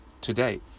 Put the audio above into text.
today